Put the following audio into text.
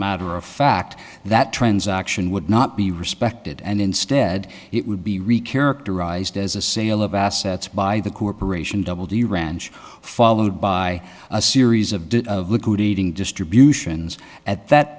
matter of fact that transaction would not be respected and instead it would be recast as a sale of assets by the corporation doubled the ranch followed by a series of bit of liquidating distributions at that